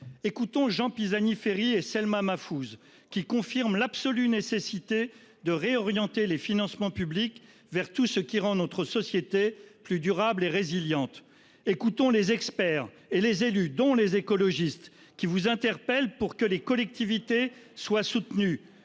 Écoutons Jean Pisani-Ferry et Selma Mahfouz, qui confirment l'absolue nécessité de réorienter les financements publics vers tout ce qui rend notre société plus durable et résiliente. Écoutons les experts et les élus, dont les écologistes. Ils vous interpellent pour que les collectivités soient soutenues.